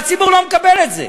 והציבור לא מקבל את זה.